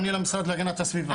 אני למשרד להגנת הסביבה.